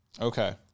Okay